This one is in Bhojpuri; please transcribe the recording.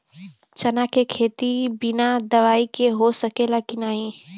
चना के खेती बिना दवाई के हो सकेला की नाही?